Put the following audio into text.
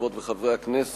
חברות וחברי כנסת,